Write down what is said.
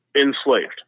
enslaved